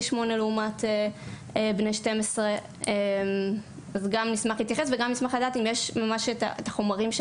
שמונה לעומת בני 12. לריאות אין סכנה,